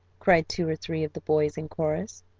cried two or three of the boys in chorus.